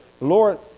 Lord